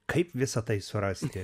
kaip visa tai surasiti